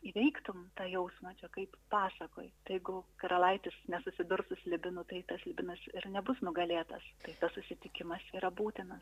įveiktum tą jausmą čia kaip pasakoj jeigu karalaitis nesusidurs su slibinu tai tas slibinas ir nebus nugalėtas tai tas susitikimas yra būtinas